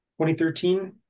2013